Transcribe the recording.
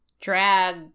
drag